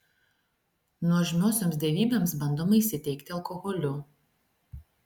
nuožmiosioms dievybėms bandoma įsiteikti alkoholiu